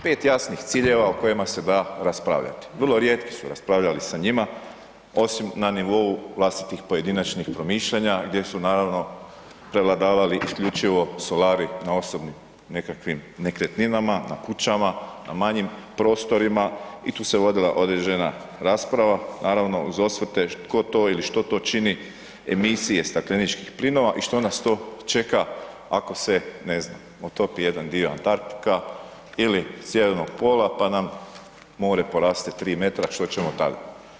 Pet jasnih ciljeva o kojima se da raspravljati, vrlo rijetki su raspravljali sa njima, osim na nivou vlastitih pojedinačnih promišljanja gdje su naravno prevladavali isključivo solari na osobnim nekakvim nekretninama, na kućama, na manjim prostorima i tu se vodila određena rasprava, naravno uz osvrte tko to ili što to čini emisije stakleničkih plinova i što nas to čeka ako se ne znam, otopi jedan Antartika ili Sjevernog pola pa nam more poraste 3 m, što ćemo tad.